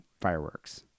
fireworks